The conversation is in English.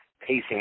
pacing